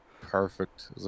perfect